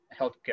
healthcare